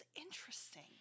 interesting